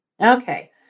Okay